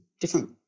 different